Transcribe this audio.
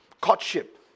courtship